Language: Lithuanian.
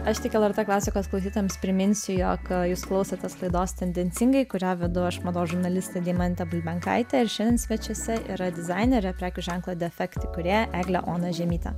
aš tik lrt klasikos klausytojams priminsiu jog jūs klausotės laidos tendencingai kurią vedu aš mados žurnalistė deimantė bulbenkaitė ir šiandien svečiuose yra dizainerė prekių ženklo defekt įkūrėja eglė ona žiemytė